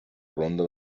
ronda